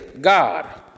God